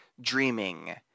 dreaming